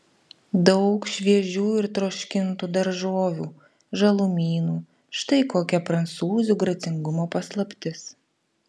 daug šviežių ir troškintų daržovių žalumynų štai kokia prancūzių gracingumo paslaptis